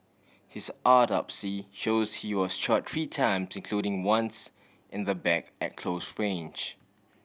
his autopsy shows he was shot three times including once in the back at close range